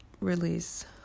Release